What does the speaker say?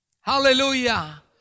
Hallelujah